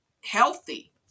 healthy